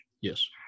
Yes